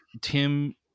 Tim